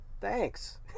Thanks